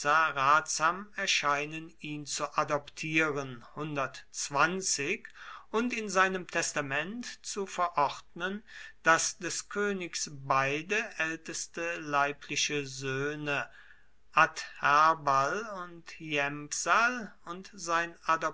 ratsam erscheinen ihn zu adoptieren und in seinem testament zu verordnen daß des königs beide älteste leibliche söhne adherbal und hiempsal und sein